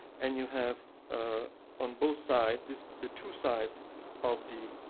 and you have ah on both sides the two sides of the